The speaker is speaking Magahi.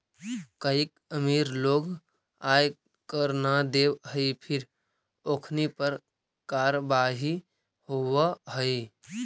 कईक अमीर लोग आय कर न देवऽ हई फिर ओखनी पर कारवाही होवऽ हइ